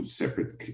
separate